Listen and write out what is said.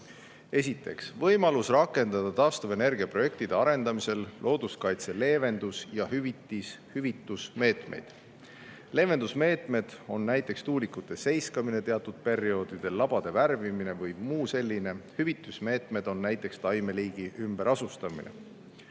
Esiteks, võimalus rakendada taastuvenergia projektide arendamisel looduskaitsega [seotud] leevendus- ja hüvitusmeetmeid. Leevendusmeetmed on näiteks tuulikute seiskamine teatud perioodidel, labade värvimine või muu selline. Hüvitusmeetmed on näiteks taimeliigi ümberasustamine.